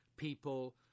people